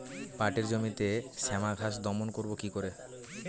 পাটের জমিতে শ্যামা ঘাস দমন করবো কি করে?